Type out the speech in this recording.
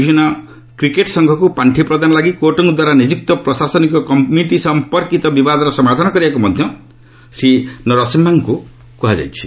ବିଭିନ୍ନ କ୍ରିକେଟ୍ ସଂଘକୁ ପାଣ୍ଠି ପ୍ରଦାନ ଲାଗି କୋର୍ଟଙ୍କ ଦ୍ୱାରା ନିଯୁକ୍ତ ପ୍ରଶାସନିକ କମିଟି ସଂପର୍କିତ ବିବାଦର ସମାଧାନ କରିବାକୁ ମଧ୍ୟ ଶ୍ରୀ ନରସିମ୍ହାଙ୍କୁ କୁହାଯାଇଛି